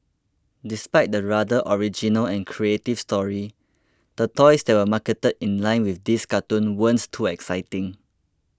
despite the rather original and creative story the toys that were marketed in line with this cartoon weren't too exciting